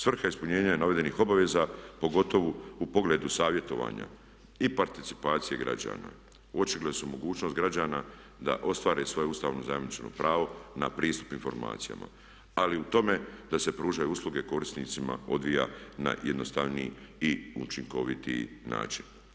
Svrha je ispunjenja navedenih obaveza pogotovo u pogledu savjetovanja i participacije građana očigledno su mogućnost građana da ostvare svoje Ustavom zajamčeno pravo na pristup informacijama, ali i u tome da se pružaju usluge korisnicima odvija na jednostavniji i učinkovitiji način.